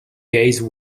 gaze